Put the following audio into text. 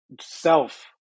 self